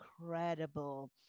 incredible